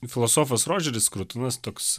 filosofas rodžeris skrutonas toks